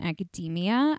Academia